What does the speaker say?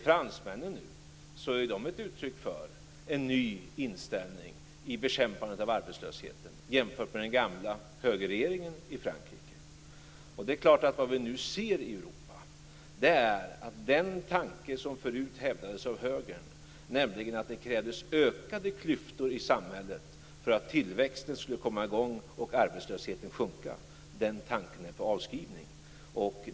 Fransmännen ger nu uttryck för en ny inställning i bekämpandet av arbetslösheten jämfört med den gamla högerregeringen i Frankrike. Nu kan vi se i Europa att den tanke som förut hävdades av högern, nämligen att det krävdes ökade klyftor i samhället för att tillväxten skulle komma i gång och arbetslösheten sjunka, är på avskrivning.